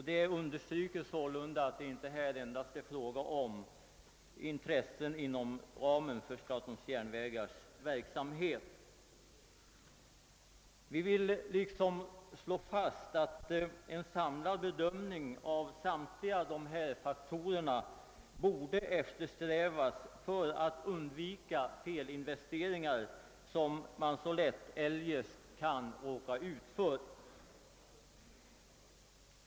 Det understryks sålunda att det här inte endast är fråga om intressen inom ramen för SJ:s verksamhet. Vi vill slå fast, att en samlad bedömning av samtliga dessa faktorer bör eftersträvas för att undvika felinvesteringar, som man eljest så lätt kan råka ut för.